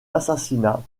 assassinat